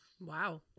Wow